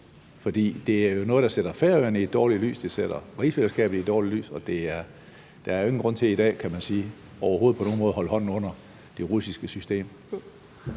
For det er jo noget, der sætter Færøerne i et dårligt lys, det sætter rigsfællesskabet i et dårligt lys, og der er jo ingen grund til i dag, kan man sige, overhovedet på nogen måde at holde hånden under det russiske system.